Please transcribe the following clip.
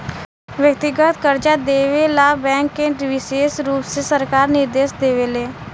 व्यक्तिगत कर्जा देवे ला बैंक के विशेष रुप से सरकार निर्देश देवे ले